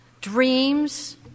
dreams